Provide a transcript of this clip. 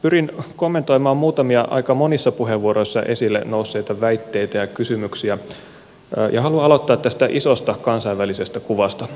pyrin kommentoimaan muutamia aika monissa puheenvuoroissa esille nousseita väitteitä ja kysymyksiä ja haluan aloittaa tästä isosta kansainvälisestä kuvasta